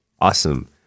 awesome